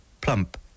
plump